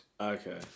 Okay